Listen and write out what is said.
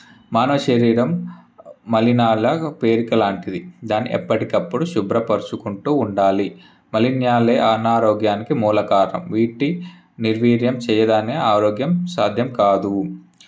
మన శరీరం మలినాలాగా పేరిక లాంటిది దానిని ఎప్పటికప్పుడు శుభ్ర పరుచుకుంటూ ఉండాలి మలిన్యాలే అనారోగ్యానికి మూలకారణం వీటి నిర్వీర్యం చేయరానే ఆరోగ్యం సాధ్యం కాదు